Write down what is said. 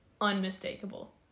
unmistakable